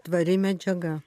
tvari medžiaga